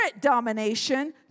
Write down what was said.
domination